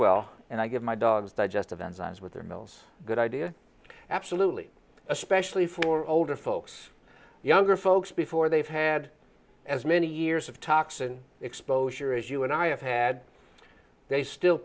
well and i give my dogs digestive enzymes with their meals good idea absolutely especially for older folks younger folks before they've had as many years of toxin exposure as you and i have had they still